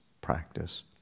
practice